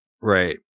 Right